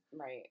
Right